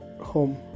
home